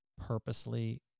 purposely